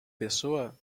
pessoa